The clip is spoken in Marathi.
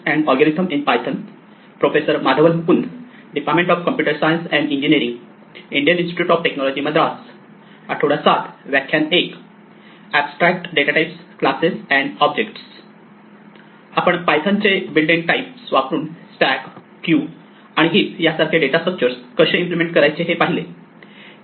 आपण पायथन चे बिल्ट इन लिस्ट टाईप वापरून स्टॅक क्यू आणि हीप यासारखे डेटा स्ट्रक्चर कसे इम्प्लिमेंट करायचे हे पाहिले